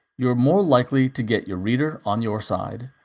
you're more likely to get your reader on your side,